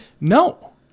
No